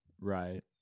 Right